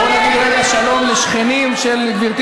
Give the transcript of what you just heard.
בואו נגיד רגע שלום לשכנים של גברתי